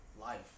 life